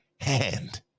hand